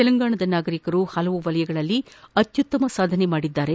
ತೆಲಂಗಾಣದ ನಾಗರಿಕರು ಹಲವು ವಲಯಗಳಲ್ಲಿ ಅತ್ಯುತ್ತಮ ಸಾಧನೆ ಮಾಡಿದ್ದಾರೆ